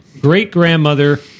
great-grandmother